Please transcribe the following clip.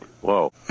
Whoa